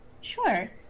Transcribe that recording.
Sure